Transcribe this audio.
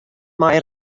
mei